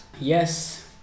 yes